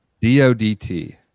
D-O-D-T